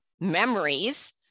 memories